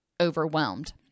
overwhelmed